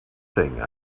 thing